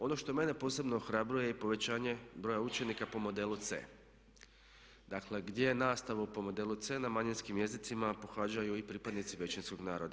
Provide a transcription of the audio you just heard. Ono što mene posebno ohrabruje je povećanje broja učenika po modelu C. Dakle, gdje nastavu po modelu C na manjinskim jezicima pohađaju i pripadnici većinskog naroda.